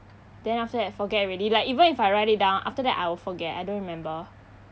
then after that I forget already like even if I write it down after that I will forget I don't remember